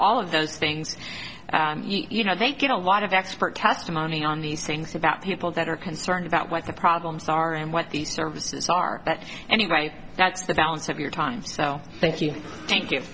all of those things you know they get a lot of expert testimony on these things about people that are concerned about what the problems are and what these services are that anybody that's the balance of your time so thank you thank you